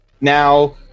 now